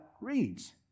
reads